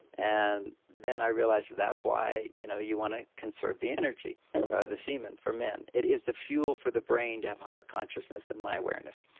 and then i realized that that's why you know you want to conserve the energy or the semen for men. it is the fuel for the brain to have higher consciousness in my awareness.